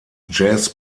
jazz